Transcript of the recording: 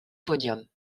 podium